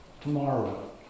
tomorrow